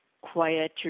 quiet